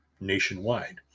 nationwide